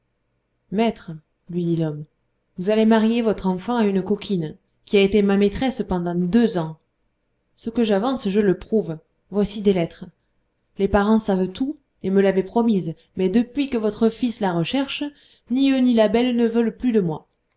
maître lui dit l'homme vous allez marier votre enfant à une coquine qui a été ma maîtresse pendant deux ans ce que j'avance je le prouve voici des lettres les parents savent tout et me l'avaient promise mais depuis que votre fils la recherche ni eux ni la belle ne veulent plus de moi